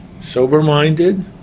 sober-minded